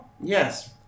Yes